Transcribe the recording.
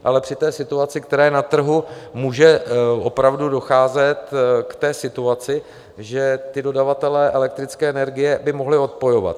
Ale při té situaci, která je na trhu, může opravdu docházet k té situaci, že ti dodavatelé elektrické energie by mohli odpojovat.